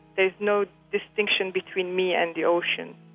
there's no distinction between me and the ocean.